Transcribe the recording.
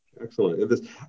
Excellent